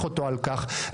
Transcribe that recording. לכן,